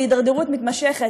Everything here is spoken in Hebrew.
בהידרדרות מתמשכת,